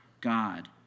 God